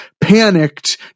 panicked